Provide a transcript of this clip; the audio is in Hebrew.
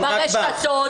רק בך.